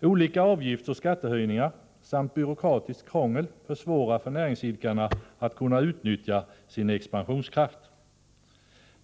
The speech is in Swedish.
Olika avgiftsoch skattehöjningar samt byråkratiskt krångel försvårar för näringsidkarna att utnyttja sin expansionskraft.